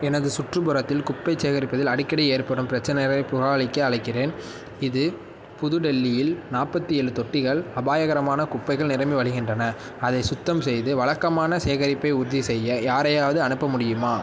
எனது சுற்றுப்புறத்தில் குப்பை சேகரிப்பதில் அடிக்கடி ஏற்படும் பிரச்சினைகளைப் புகாரளிக்க அழைக்கிறேன் இது புது டெல்லியில் நாற்பத்தி ஏழு தொட்டிகள் அபாயகரமான குப்பைகள் நிரம்பி வழிகின்றன அதைச் சுத்தம் செய்து வழக்கமான சேகரிப்பை உறுதிசெய்ய யாரையாவது அனுப்ப முடியுமா